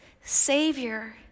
Savior